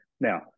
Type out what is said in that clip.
now